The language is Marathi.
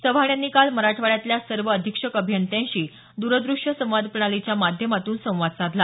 चव्हाण यांनी काल मराठवाड्यातल्या सर्व अधिक्षक अभियंत्यांशी दूरदृष्य संवाद प्रणालीच्या माध्यमातून संवाद साधला